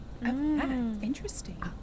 Interesting